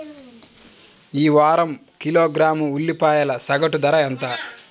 ఈ వారం కిలోగ్రాము ఉల్లిపాయల సగటు ధర ఎంత?